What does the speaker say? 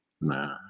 Nah